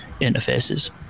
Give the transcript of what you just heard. interfaces